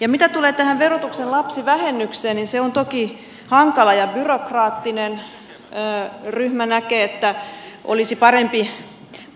ja mitä tulee tähän verotuksen lapsivähennykseen niin se on toki hankala ja byrokraattinen ryhmä näkee että olisi parempi